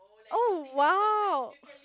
oh !wow!